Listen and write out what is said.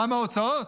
כמה הוצאות?